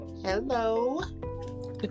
hello